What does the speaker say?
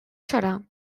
serà